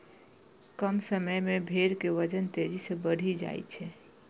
कम समय मे भेड़ के वजन तेजी सं बढ़ि जाइ छै